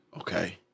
Okay